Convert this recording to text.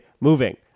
moving